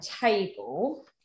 table